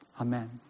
Amen